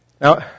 Now